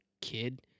kid